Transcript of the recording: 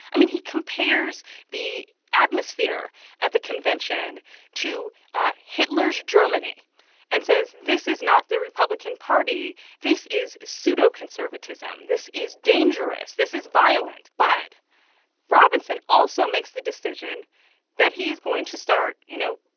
i mean, he compares the atmosphere at the convention to ah hitler's germany and says this is not the republican party this is pseudo-conservatism. this is dangerous. this is violent. but robinson also makes the decision that he is going to start, you know,